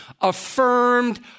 affirmed